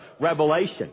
Revelation